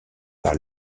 par